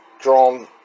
drawn